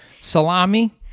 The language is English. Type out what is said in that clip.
salami